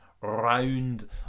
round